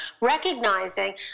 recognizing